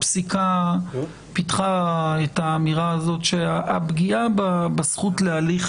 הפסיקה פיתחה את האמירה הזאת שהפגיעה בזכות להליך